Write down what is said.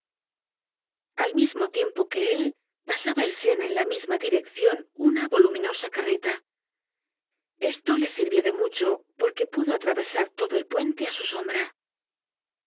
al mismo tiempo que él pasaba el sena en la misma direccion una voluminosa carreta esto le sirvió at mucho porque pudo atravesar todo el puente á su sombra